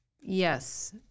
yes